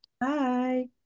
Bye